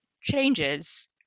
changes